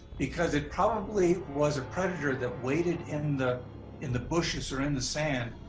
because it probably was a predator that waited in the in the bushes or in the sand,